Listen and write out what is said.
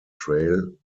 trail